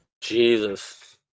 Jesus